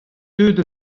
deuet